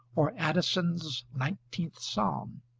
or addison's nineteenth psalm.